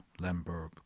Lemberg